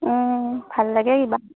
ভাল লাগে কিবা